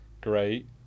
Great